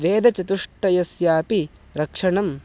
वेदचतुष्टयस्यापि रक्षणम्